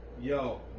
Yo